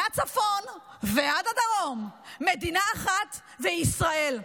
מהצפון ועד הדרום מדינה אחת, והיא ישראל.